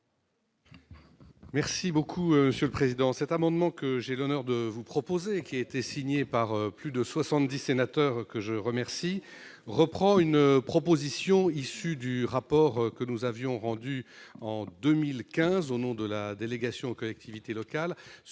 Merci beaucoup président cet amendement que j'ai l'honneur de vous proposer et qui a été signée par plus de 70 sénateurs, que je remercie reprend une proposition issue du rapport que nous avions rendu en 2015 au nom de la délégation aux collectivités locales